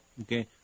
Okay